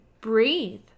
breathe